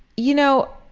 you know,